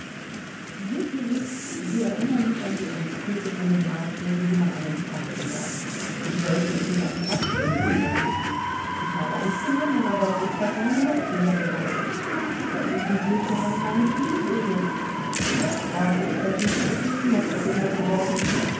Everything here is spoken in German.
wissen sie sie erinnern mich an die anekdote von den ratschlägen die man einem kranken gab sie sollten es mit einem abführmittel versuchen ich habe eins genommen aber es ist davon nur noch schlimmer geworden versuchen sie es doch einmal mit blutegeln das habe ich versucht es ist noch schlimmer geworden